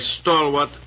stalwart